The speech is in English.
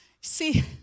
see